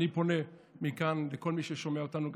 אני פונה מכאן לכל מי ששומע אותנו,